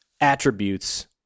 attributes